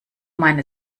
meine